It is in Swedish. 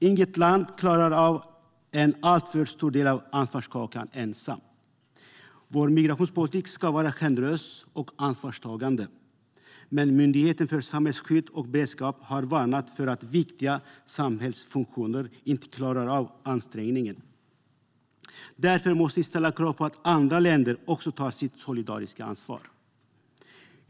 Inget land klarar av en alltför stor del av ansvarskakan ensamt. Vår migrationspolitik ska vara generös och ansvarstagande. Men Myndigheten för samhällsskydd och beredskap har varnat för att viktiga samhällsfunktioner inte klarar av ansträngningen. Därför måste vi ställa krav på att andra länder också tar sitt solidariska ansvar.